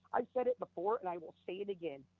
i said it before and i will say it again,